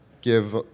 give